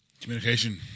Communication